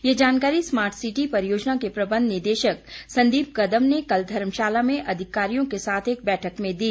ये जानकारी smart city परियोजना के प्रबंध निदेशक संदीप कदम ने कल धर्मशााला अधिकारियों के साथ एक बैठक में दी